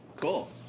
cool